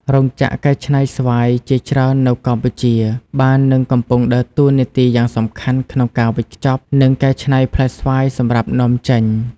រោងចក្រកែច្នៃស្វាយជាច្រើននៅកម្ពុជា បាននឹងកំពុងដើរតួនាទីយ៉ាងសំខាន់ក្នុងការវេចខ្ចប់ និងកែច្នៃផ្លែស្វាយសម្រាប់នាំចេញ។